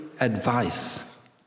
advice